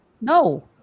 No